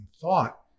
thought